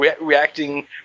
Reacting